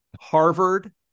Harvard